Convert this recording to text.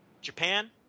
Japan